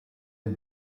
dei